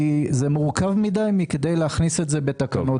כי זה מורכב מדי מכדי להכניס את זה בתקנות.